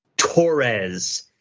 Torres